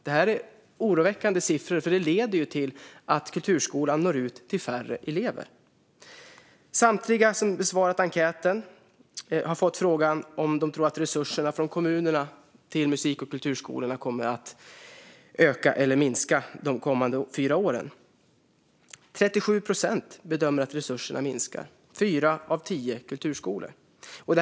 Det är oroväckande siffror, eftersom det här leder till att kulturskolan når ut till färre elever. Samtliga som har besvarat enkäten har fått frågan om de tror att resurserna från kommunerna till musik och kulturskolorna kommer att öka eller minska de kommande fyra åren. Av dessa bedömer 37 procent att resurserna kommer att minska, det vill säga fyra av tio kulturskolor.